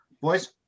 boys